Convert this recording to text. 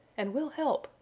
and we'll help,